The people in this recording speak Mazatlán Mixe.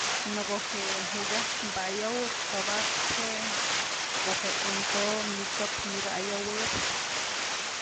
Në ko'o je'e mukyajtë pa'ayowëb t'sobat je'e ko'o je'e amso'o nëchyok nëbya'ayowëb.